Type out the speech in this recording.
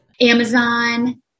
Amazon